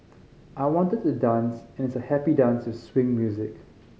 I wanted to dance and it's a happy dance with swing music